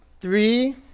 three